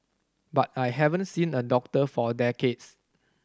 but I haven't seen a doctor for decades